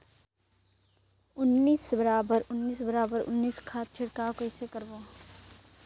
उन्नीस बराबर उन्नीस बराबर उन्नीस खाद छिड़काव कइसे करबो?